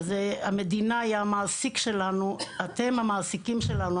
אז המדינה היא המעסיק שלנו, אתם המעסיקים שלנו.